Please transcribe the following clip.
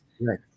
Right